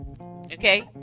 okay